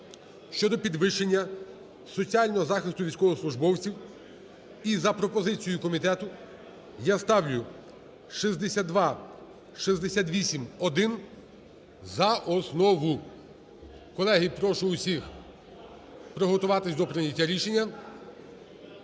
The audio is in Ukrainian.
щодо підвищення соціального захисту військовослужбовців і за пропозицією комітету я ставлю 6268-1 за основу. Колеги, прошу усіх приготуватись до прийняття рішення.